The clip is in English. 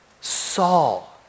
Saul